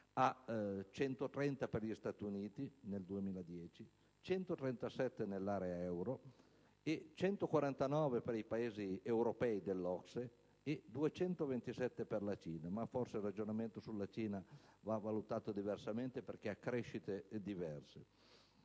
a 130 per gli Stati Uniti (nel 2010), 137 nell'area Euro, 149 per i Paesi europei dell'OCSE e 227 per la Cina (ma forse il ragionamento sulla Cina va valutato diversamente, perché ha crescite diverse).